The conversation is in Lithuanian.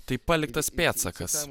tai paliktas pėdsakas